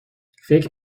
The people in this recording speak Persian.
فکر